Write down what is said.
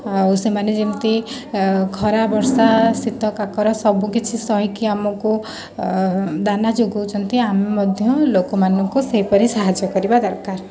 ଆଉ ସେମାନେ ଯେମିତି ଖରା ବର୍ଷା ଶୀତ କାକର ସବୁ କିଛି ସହିକି ଆମକୁ ଦାନା ଯୋଗାଉଛନ୍ତି ଆମେ ମଧ୍ୟ ଲୋକମାନଙ୍କୁ ସେହିପରି ସାହାଯ୍ୟ କରିବା ଦରକାର